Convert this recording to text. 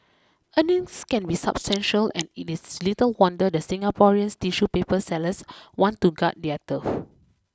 earnings can be substantial and it is little wonder the Singaporean tissue paper sellers want to guard their turf